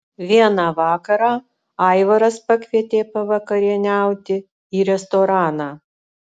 vieną vakarą aivaras pakvietė pavakarieniauti į restoraną